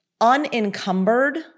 unencumbered